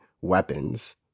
weapons